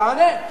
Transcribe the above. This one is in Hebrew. תענה.